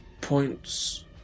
points